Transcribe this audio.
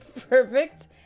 Perfect